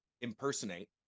impersonate